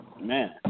Man